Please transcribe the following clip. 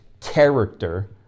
character